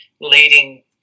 leading